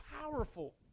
powerful